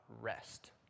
rest